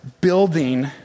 building